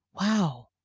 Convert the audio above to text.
Wow